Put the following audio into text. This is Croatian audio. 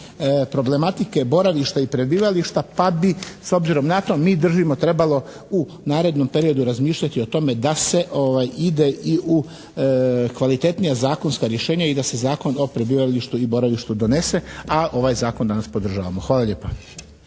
problematika boravišta i prebivališta pa bi s obzirom na to, mi držimo, trebalo u narednom periodu razmišljati o tome da se ide i u kvalitetnija zakonska rješenja i da se Zakon o prebivalištu i boravištu donese, a ovaj Zakon danas podržavamo. Hvala lijepa.